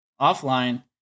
offline